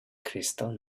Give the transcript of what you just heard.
crystal